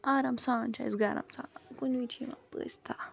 آرام سان چھُ اَسہِ گرم ژالان کُنہِ وِزِ چھِ یِوان پٔژھۍ دَہ